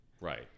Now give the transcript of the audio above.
right